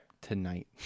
tonight